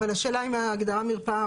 אבל השאלה היא לגבי הגדרת מרפאה.